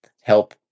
help